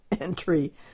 entry